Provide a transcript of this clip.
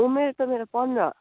उमेर त मेरो पन्ध्र